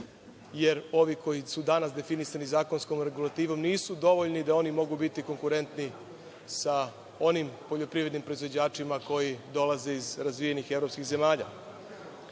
jer ovi koji su danas definisani zakonskom regulativom nisu dovoljni da oni mogu biti konkurenti sa onim poljoprivrednim proizvođačima koji dolaze iz razvijenih evropskih zemalja. Ne